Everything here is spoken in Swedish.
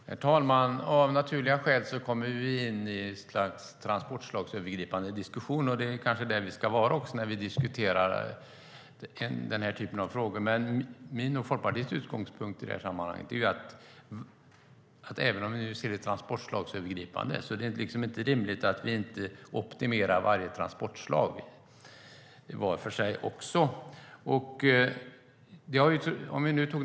Herr talman! Av naturliga skäl kommer vi in i ett slags transportslagsövergripande diskussion. Det är kanske också där vi ska vara när vi diskuterar den här typen av frågor. Min och Folkpartiets utgångspunkt i sammanhanget är att även om vi ser det transportslagsövergripande är det inte rimligt att vi inte optimerar varje transportslag var för sig.